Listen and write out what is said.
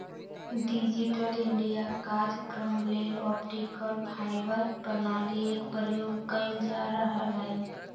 digital India काजक्रम लेल optical fibre प्रणाली एक प्रयोग कएल जा रहल हइ